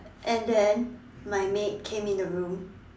and then my maid came in the room